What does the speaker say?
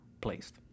placed